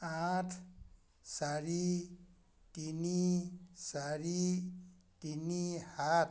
আঠ চাৰি তিনি চাৰি তিনি সাত